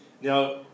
now